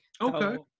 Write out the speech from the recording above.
Okay